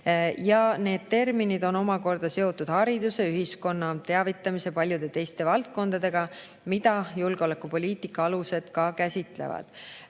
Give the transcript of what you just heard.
Need terminid on omakorda seotud hariduse, ühiskonna teavitamise ja paljude teiste valdkondadega, mida julgeolekupoliitika alused ka käsitlevad.